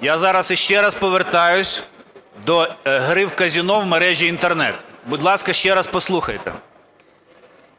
Я зараз ще раз повертаюсь до гри в казино в мережі Інтернет. Будь ласка, ще раз послухайте.